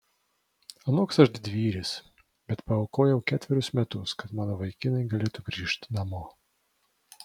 anoks aš didvyris bet paaukojau ketverius metus kad mano vaikinai galėtų grįžt namo